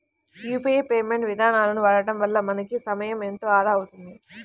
UPI payment ఇదానాలను వాడడం వల్ల మనకి సమయం ఎంతో ఆదా అవుతుంది